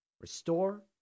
restore